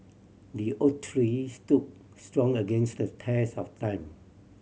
the oak tree stood strong against the test of time